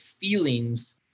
feelings